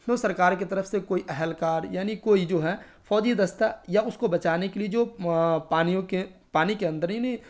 تو سرکار کی طرف سے کوئی اہلکار یعنی کوئی جو ہے فوجی دستہ یا اس کو بچانے کے لیے جو پانیوں کے پانی کے اندر ہی نہیں